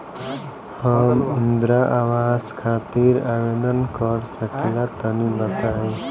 हम इंद्रा आवास खातिर आवेदन कर सकिला तनि बताई?